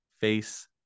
face